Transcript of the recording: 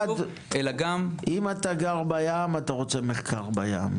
אם אתה גר בים אתה רוצה מחקר בים,